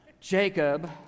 Jacob